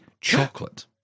chocolate